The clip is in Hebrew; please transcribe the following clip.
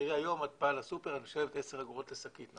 היום את באה לסופר, את משלמת עשר אגורות לשקית.